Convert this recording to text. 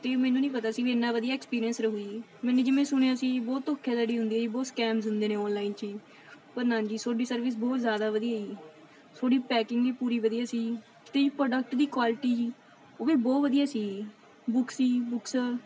ਅਤੇ ਮੈਨੂੰ ਨਹੀਂ ਪਤਾ ਸੀ ਵੀ ਇੰਨਾ ਵਧੀਆ ਐਕਸਪੀਰੀਅੰਸ ਰਹੂ ਜੀ ਮੈਨੇ ਜਿਵੇਂ ਸੁਣਿਆ ਸੀ ਬਹੁਤ ਧੋਖੇਧੜੀ ਹੁੰਦੀ ਆ ਜੀ ਬਹੁਤ ਸਕੈਮਸ ਹੁੰਦੇ ਨੇ ਔਨਲਾਈਨ 'ਚ ਜੀ ਪਰ ਨਾ ਜੀ ਤੁਹਾਡੀ ਸਰਵਿਸ ਬਹੁਤ ਜ਼ਿਆਦਾ ਵਧੀਆ ਹੈ ਜੀ ਤੁਹਾਡੀ ਪੈਕਿੰਗ ਵੀ ਪੂਰੀ ਵਧੀਆ ਸੀ ਜੀ ਅਤੇ ਪ੍ਰੋਡਕਟ ਦੀ ਕੁਆਲਿਟੀ ਜੀ ਉਹ ਵੀ ਬਹੁਤ ਵਧੀਆ ਸੀ ਜੀ ਬੁੱਕਸ ਜੀ ਬੁੱਕਸ